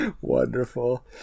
Wonderful